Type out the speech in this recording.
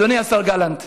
אדוני השר גלנט,